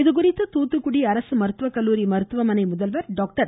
இதுகுறித்து தூத்துக்குடி அரசு மருத்துவ கல்லூரி மருத்துவமனை முதல்வர் டாக்டர்